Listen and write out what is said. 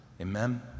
Amen